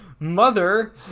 Mother